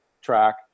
track